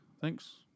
Thanks